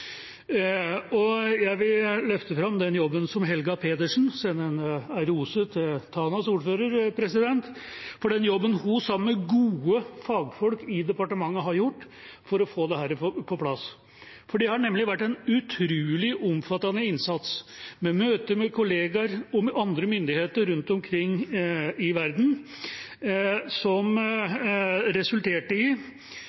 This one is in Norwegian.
Jeg vil løfte fram Helga Pedersen, sende en rose til Tanas ordfører for den jobben hun sammen med gode fagfolk i departementet har gjort for å få dette på plass. For det har nemlig vært en utrolig omfattende innsats, med møter med kollegaer og med andre myndigheter rundt omkring i verden, som